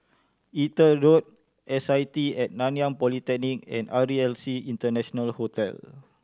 Exeter Road S I T At Nanyang Polytechnic and R E L C International Hotel